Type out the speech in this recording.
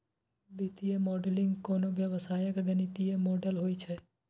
वित्तीय मॉडलिंग कोनो व्यवसायक गणितीय मॉडल होइ छै